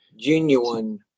genuine